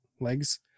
legs